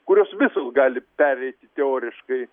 kurios visos gali pereiti teoriškai